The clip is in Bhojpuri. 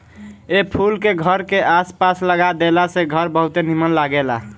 ए फूल के घर के आस पास लगा देला से घर बहुते निमन लागेला